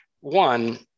One